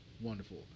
wonderful